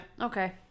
Okay